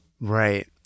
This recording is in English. Right